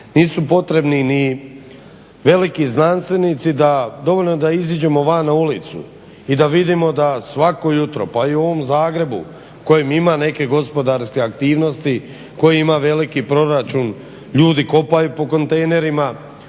nisu potrebni ni veliki znanstvenici da, dovoljno je da iziđemo van na ulicu i da vidimo da svako jutro, pa i o u ovom Zagrebu kojem ima neke gospodarske aktivnosti, koji ima veliki proračun, ljudi kopaju po kontejnerima.